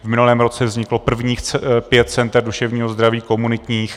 V minulém roce vzniklo prvních pět center duševního zdraví komunitních.